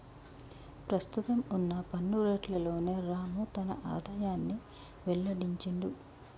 ప్రస్తుతం వున్న పన్ను రేట్లలోనే రాము తన ఆదాయాన్ని వెల్లడించిండు